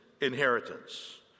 inheritance